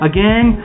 Again